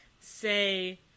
say